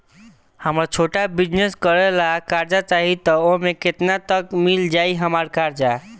हमरा छोटा बिजनेस करे ला कर्जा चाहि त ओमे केतना तक मिल जायी हमरा कर्जा?